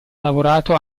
lavorato